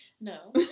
No